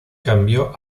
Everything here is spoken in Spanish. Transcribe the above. cambió